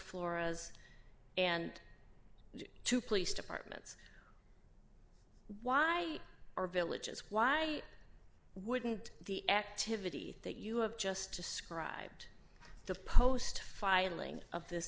flores and two police departments why are villages why wouldn't the activity that you have just described to post filing of this